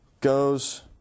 goes